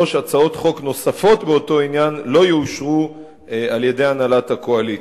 3. הצעות חוק נוספות באותו עניין לא יאושרו על-ידי הנהלת הקואליציה.